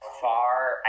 far